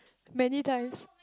many times